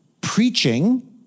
preaching